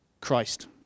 Christ